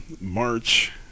march